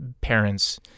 parents